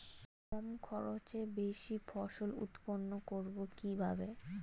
কম খরচে বেশি ফসল উৎপন্ন করব কিভাবে?